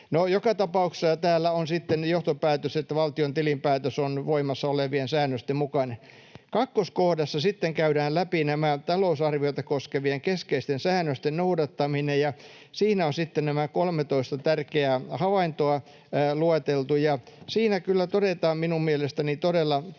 joka tapauksessa täällä on sitten johtopäätös, että valtion tilinpäätös on voimassa olevien säännösten mukainen. Kakkoskohdassa sitten käydään läpi talousarviota koskevien keskeisten säännösten noudattaminen, ja siinä on nämä 13 tärkeää havaintoa lueteltu. Ja siinä kyllä todetaan minun mielestäni todella